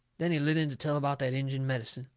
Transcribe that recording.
then he lit in to tell about that injun medicine.